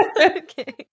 Okay